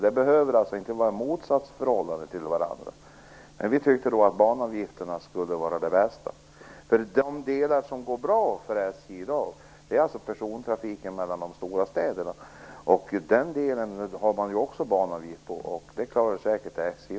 Det behöver inte vara fråga om något motsatsförhållande. Vi tyckte att alternativet banavgifter skulle vara det bästa. Den del som går bra för SJ i dag är persontrafiken mellan de stora städerna. Den delen har man också en banavgift på, och det klarar SJ